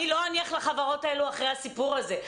אני לא אניח לחברות האלה אחרי הסיפור הזה.